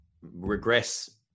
regress